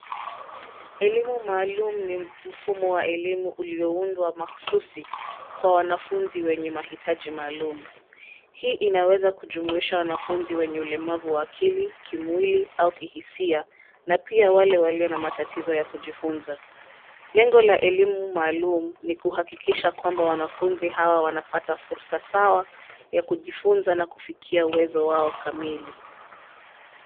Elimu maalum ni mfumo wa elimu ulioundwa mahususi kwa wanafunzi wenye mahitaji maalum. Hii inaweza kujumuisha wanafunzi wenye ulemavu wa kiakili, kimwili au kihisia na pia wale walio na matitizo ya kujifunza. Lengo la elimu maalum ni kuhakikisha kwamba wanafunzi hawa wanapata fursa sawa ya kujifunza na kufikia uwezo wao kamili.